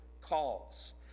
calls